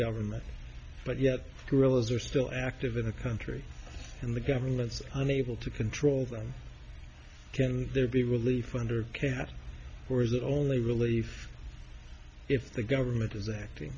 government but yet gorillas are still active in the country and the governments unable to control them can there be relief under cannot or is the only relief if the government is acting